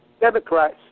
Democrats